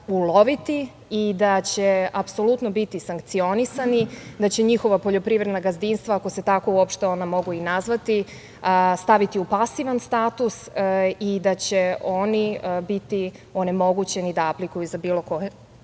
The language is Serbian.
uloviti i da će apsolutno biti sankcionisani, da će njihova poljoprivredna gazdinstva, ako se tako uopšte ona mogu i nazvati staviti u pasivan status i da će oni biti onemogućeni da aplikuju za bilo koje